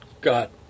got